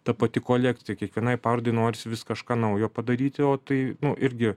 ta pati kolekcija kiekvienai parodai norisi vis kažką naujo padaryti o tai irgi